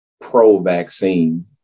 pro-vaccine